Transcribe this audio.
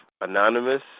Anonymous